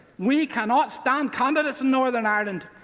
we can not stand candidates in northern ireland.